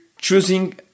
choosing